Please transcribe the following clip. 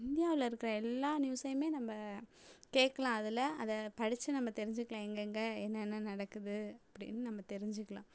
இந்தியாவில் இருக்கிற எல்லா நியூஸையுமே நம்ம கேட்கலாம் அதில் அதை படிச்சு நம்ம தெரிஞ்சுக்கலாம் எங்கெங்க என்னென்ன நடக்குது அப்படின்னு நம்ம தெரிஞ்சுக்கலாம்